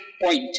point